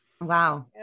Wow